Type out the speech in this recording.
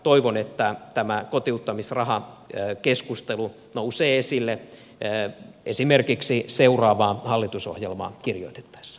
toivon että tämä kotiuttamisrahakeskustelu nousee esille esimerkiksi seuraavaa hallitusohjelmaa kirjoitettaessa